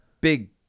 big